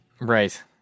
Right